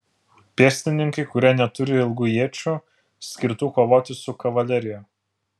pėstininkai kurie neturi ilgų iečių skirtų kovoti su kavalerija